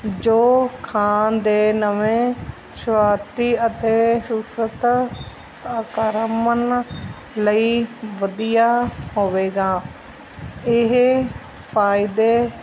ਜੋ ਖਾਣ ਦੇ ਨਵੇਂ ਸ਼ੁਰੂਆਤੀ ਅਤੇ ਸੂਸਤ ਅਕਰਮਨ ਲਈ ਵਧੀਆ ਹੋਵੇਗਾ ਇਹ ਫ਼ਾਇਦੇ